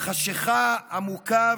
חשכה עמוקה